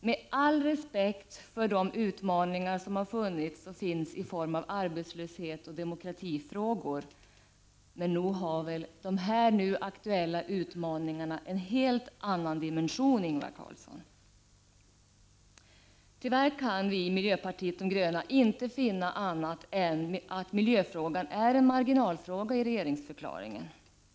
Med all respekt för de utmaningar som har funnits och finns i form av arbetslöshet och demokratifrågor, nog har väl de nu aktuella utmaningarna en helt annan dimension, Ingvar Carlsson? Tyvärr kan vi i miljöpartiet de gröna inte finna annat än att miljöfrågan är en marginalfråga i regeringsförklaringen.